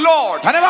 Lord